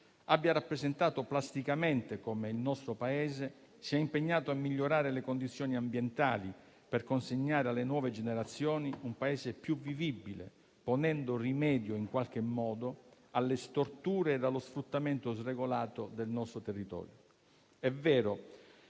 abbia rappresentato plasticamente come il nostro Paese sia impegnato a migliorare le condizioni ambientali per consegnare alle nuove generazioni un Paese più vivibile, ponendo rimedio alle storture e allo sfruttamento sregolato del nostro territorio. È vero,